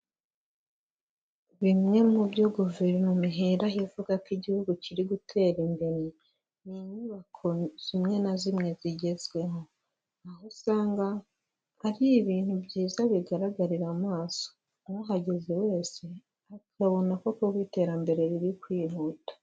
Bimwe mu byo guverinoma iheraho ivuga ko igihugu kiri gutera imbere, ni inyubako zimwe na zimwe zigezweho, aho usanga hari ibintu byiza bigaragarira amaso, uwahageze wese akabona ko koko iterambere riri kwihuta.